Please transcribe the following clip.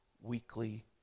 weekly